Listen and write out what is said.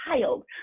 child